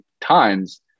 times